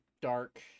dark